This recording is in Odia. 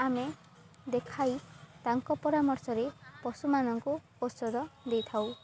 ଆମେ ଦେଖାଇ ତାଙ୍କ ପରାମର୍ଶରେ ପଶୁମାନଙ୍କୁ ଔଷଧ ଦେଇଥାଉ